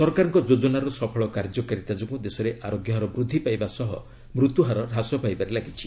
ସରକାରଙ୍କ ଯୋଚ୍ଚନାର ସଫଳ କାର୍ଯ୍ୟକାରିତା ଯୋଗୁଁ ଦେଶରେ ଆରୋଗ୍ୟ ହାର ବୃଦ୍ଧି ପାଇବା ସହ ମୃତ୍ୟୁହାର ହ୍ରାସ ପାଇବାରେ ଲାଗିଛି